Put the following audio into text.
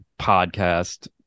podcast